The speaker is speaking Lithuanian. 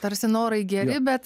tarsi norai geri bet